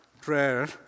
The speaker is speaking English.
prayer